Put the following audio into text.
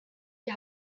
die